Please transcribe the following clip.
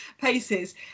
paces